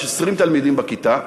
יש 20 תלמידים בכיתה,